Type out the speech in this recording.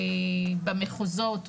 במחוזות,